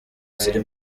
ziri